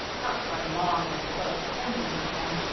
not from long and close acquaintance with them,